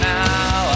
now